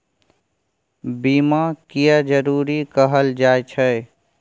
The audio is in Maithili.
बीमा किये जरूरी कहल जाय छै?